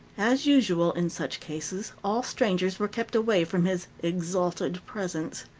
as usual in such cases, all strangers were kept away from his exalted presence.